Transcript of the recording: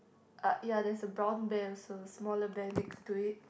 uh ya there's a brown bear also smaller bear next to it